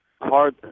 hard